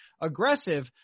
aggressive